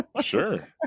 sure